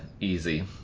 easy